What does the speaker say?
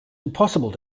impossible